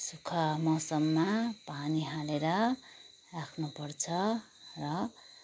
सुक्खा मौसममा पानी हालेर राख्नुपर्छ र